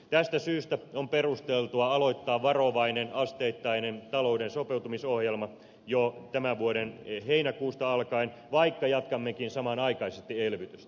tästä syystä on perusteltua aloittaa varovainen asteittainen talouden sopeutumisohjelma jo tämän vuoden heinäkuusta alkaen vaikka jatkammekin samanaikaisesti elvytystä